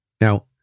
Now